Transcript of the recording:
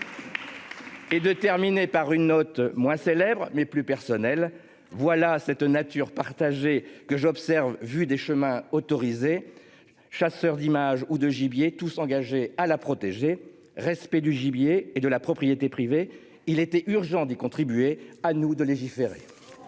Et de terminer par une note moins célèbres mais plus personnel voilà cette nature partagés que j'observe vu des chemins autorisés chasseur d'images ou de gibier tous s'engagés à la protéger. Respect du gibier et de la propriété privée, il était urgent d'y contribuer à nous de légiférer.